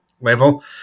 level